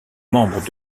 membres